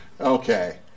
okay